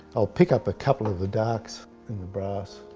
i'll pick up a couple of the darks in the brass,